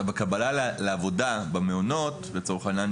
הקבלה לעבודה במעונות לצורך העניין,